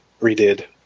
redid